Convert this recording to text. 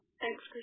Thanks